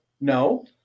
No